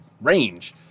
range